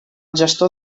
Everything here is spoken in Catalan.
gestor